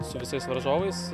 su visais varžovais